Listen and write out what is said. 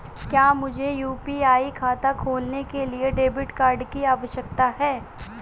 क्या मुझे यू.पी.आई खाता खोलने के लिए डेबिट कार्ड की आवश्यकता है?